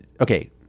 Okay